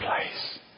place